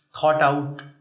thought-out